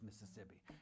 Mississippi